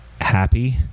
happy